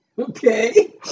Okay